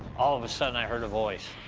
all of a sudden, i heard a voice